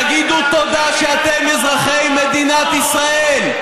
תגידו תודה שאתם אזרחי מדינת ישראל.